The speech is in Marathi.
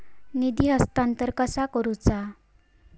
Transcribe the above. निधी हस्तांतरण कसा करुचा?